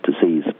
disease